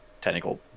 technical